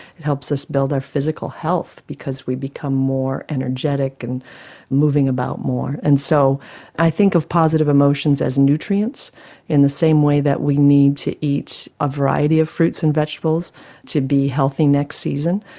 it helps us build our physical health because we become more energetic and moving about more. and so i think of positive emotions as nutrients in the same way that we need to eat a variety of fruits and vegetables to be healthy next season.